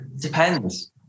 Depends